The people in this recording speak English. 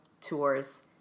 tours